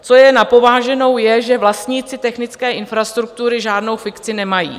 Co je na pováženou, je, že vlastníci technické infrastruktury žádnou fikci nemají.